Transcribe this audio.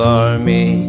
army